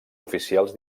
oficials